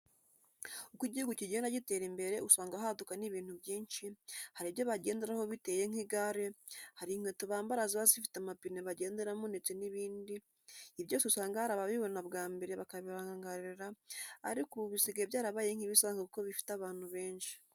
Uko igihugu kigenda gitera imbere usanga haduka n'ibintu byinshi, hari ibyo bagenderaho biteye nk'igare, hari inkweto bambara ziba zifite amapine bagenderamo ndetse n'ibindi, ibi byose usanga hari ababibona bwa mbere bakabirangarana ariko ubu bisigaye byarabaye nk'ibisanzwe kuko bifite abantu benshi.